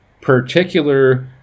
particular